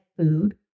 food